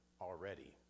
already